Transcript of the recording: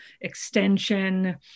extension